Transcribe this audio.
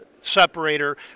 separator